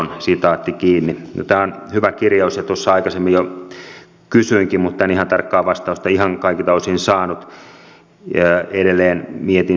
tämä on hyvä kirjaus ja tuossa aikaisemmin jo kysyinkin mutta en ihan tarkkaa vastausta ihan kaikilta osin saanut ja edelleen mietin